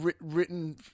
written